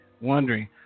wondering